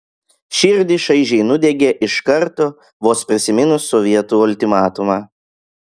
širdį šaižiai nudiegė iš karto vos prisiminus sovietų ultimatumą